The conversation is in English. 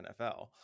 NFL